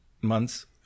months